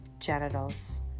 genitals